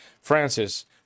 Francis